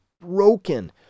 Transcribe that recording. broken